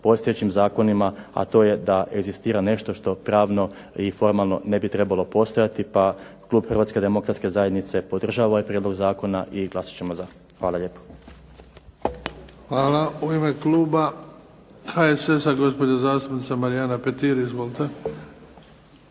postojećim zakonima, a to je da egzistira nešto što pravno i formalno ne bi trebalo postojati pa klub Hrvatske demokratske zajednice podržava ovaj prijedlog zakona i glasat ćemo za. Hvala lijepo. **Bebić, Luka (HDZ)** Hvala. U ime kluba HSS-a gospođa zastupnica Marijana Petir. Izvolite.